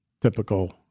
typical